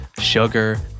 Sugar